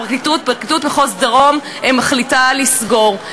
פרקליטות מחוז דרום מחליטה לסגור.